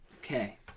Okay